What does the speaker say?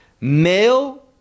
male